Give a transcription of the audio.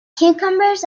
cucumbers